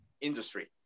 industry